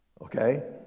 Okay